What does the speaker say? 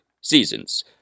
seasons